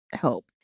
help